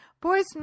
Boys